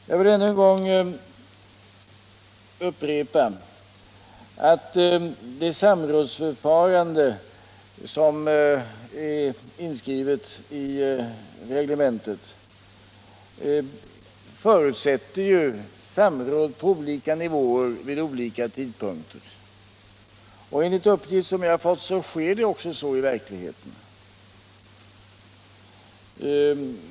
Jag vill ännu en gång upprepa att det samrådsförfarande som är inskrivet i reglementet förutsätter samråd på olika nivåer vid olika tidpunkter. Enligt de uppgifter jag har fått går det också så till i verkligheten.